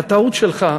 הטעות שלך,